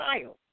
child